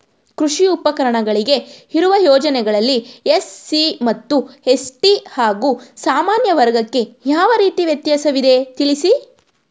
ಕೃಷಿ ಉಪಕರಣಗಳಿಗೆ ಇರುವ ಯೋಜನೆಗಳಲ್ಲಿ ಎಸ್.ಸಿ ಮತ್ತು ಎಸ್.ಟಿ ಹಾಗೂ ಸಾಮಾನ್ಯ ವರ್ಗಕ್ಕೆ ಯಾವ ರೀತಿ ವ್ಯತ್ಯಾಸವಿದೆ ತಿಳಿಸಿ?